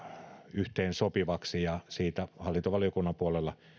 yhteensopivaksi ja siitä hallintovaliokunnan puolella